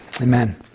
Amen